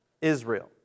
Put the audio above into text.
Israel